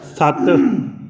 सत्त